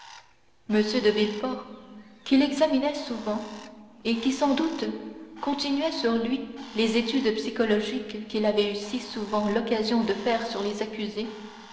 m de villefort qui l'examinait souvent et qui sans doute continuait sur lui les études psychologiques qu'il avait eu si souvent l'occasion de faire sur les accusés